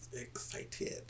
Excited